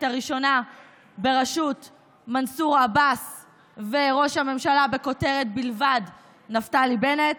הראשונה בראשות מנסור עבאס וראש הממשלה בכותרת בלבד נפתלי בנט.